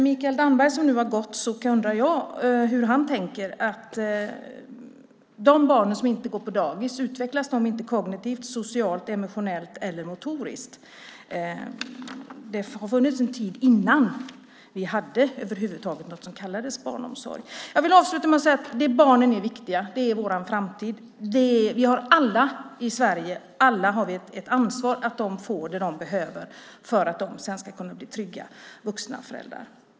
Mikael Damberg har nu gått från kammaren. Jag undrar hur han tänker. De barn som inte går på dagis, utvecklas inte de kognitivt, socialt, emotionellt eller motoriskt? Det har funnits en tid innan vi över huvud taget hade något som kallades barnomsorg. Jag vill avsluta med att säga att barnen är viktiga. De är vår framtid. Vi har alla i Sverige ett ansvar för att de får vad de behöver för att de sedan ska kunna bli trygga vuxna föräldrar.